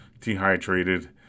dehydrated